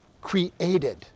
created